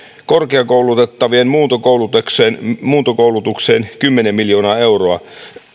korkeakoulutettavien muuntokoulutukseen muuntokoulutukseen kymmenen miljoonaa euroa